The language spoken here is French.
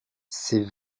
ces